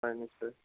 হয় নিশ্চয়